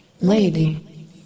Lady